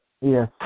Yes